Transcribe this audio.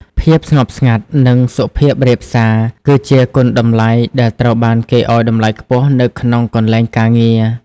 ភាពស្ងប់ស្ងាត់ និងសុភាពរាបសារ គឺជាគុណតម្លៃដែលត្រូវបានគេឱ្យតម្លៃខ្ពស់នៅក្នុងកន្លែងការងារ។